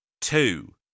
two